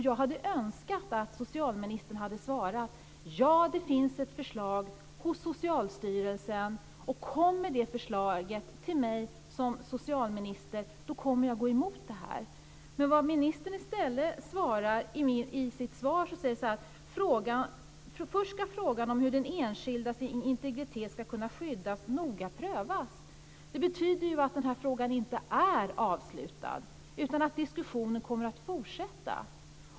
Jag hade önskat att socialministern hade svarat att det finns ett förslag hos Socialstyrelsen och att han kommer att gå emot det om det kommer till honom. Men vad ministern i stället svarar är att frågan om hur den enskildas integritet ska kunna skyddas först noga ska prövas. Det betyder att denna fråga inte är avslutad utan att diskussionen kommer att fortsätta.